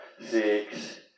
six